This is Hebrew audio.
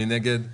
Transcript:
מי נגד?